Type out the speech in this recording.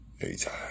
anytime